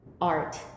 art